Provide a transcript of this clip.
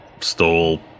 stole